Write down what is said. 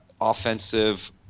offensive